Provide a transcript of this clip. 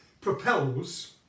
propels